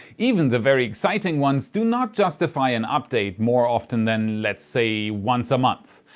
even the very exciting ones, do not justify an update more often than let's say once a month.